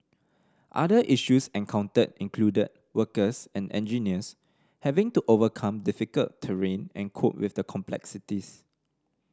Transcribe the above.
other issues encountered included workers and engineers having to overcome difficult terrain and cope with the complexities